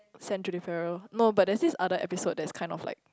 send Judy-Farrell no but there's this other episode that's kind of like